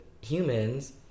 humans